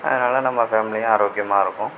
அதனால் நம்ம ஃபேமிலியும் ஆரோக்கியமாக இருக்கும்